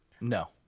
No